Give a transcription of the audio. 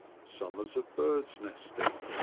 summers of birds' nesting,